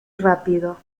rápido